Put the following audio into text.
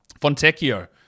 Fontecchio